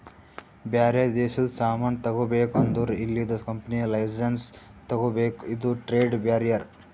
ಬ್ಯಾರೆ ದೇಶದು ಸಾಮಾನ್ ತಗೋಬೇಕ್ ಅಂದುರ್ ಇಲ್ಲಿದು ಕಂಪನಿ ಲೈಸೆನ್ಸ್ ತಗೋಬೇಕ ಇದು ಟ್ರೇಡ್ ಬ್ಯಾರಿಯರ್